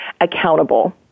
accountable